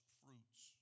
fruits